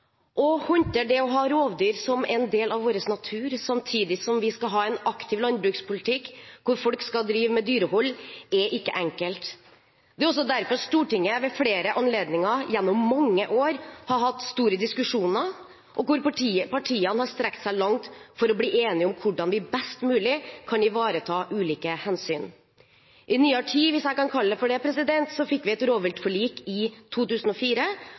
Å håndtere det å ha rovdyr som en del av vår natur samtidig som vi skal ha en aktiv landbrukspolitikk – at folk skal drive med dyrehold – er ikke enkelt. Det er derfor Stortinget ved flere anledninger og gjennom mange år har hatt store diskusjoner hvor partiene har strukket seg langt for å bli enige om hvordan en best mulig kan ivareta ulike hensyn. I nyere tid – hvis jeg kan kalle det det – fikk vi et rovviltforlik i 2004